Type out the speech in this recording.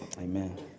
Amen